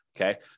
okay